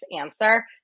answer